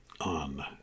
on